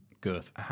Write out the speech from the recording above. girth